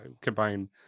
combine